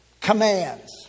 commands